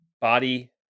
body